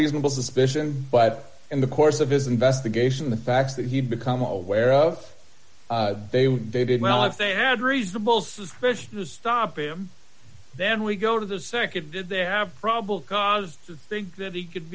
reasonable suspicion but in the course of his investigation the facts that he had become aware of they when they did well if they had reasonable suspicion to stop him then we go to the nd did they have probable cause to think that he could